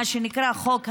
מה שנקרא חוק הלאום,